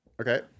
Okay